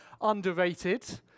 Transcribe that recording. underrated